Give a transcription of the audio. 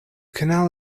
canal